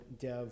dev